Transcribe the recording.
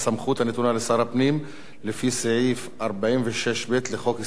לשר הפנים לפי סעיף 46(ב) לחוק יסודות התקציב,